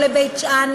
לא לבית-שאן,